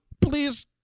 please